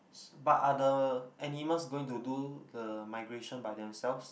but are the animals going to do the migration by themselves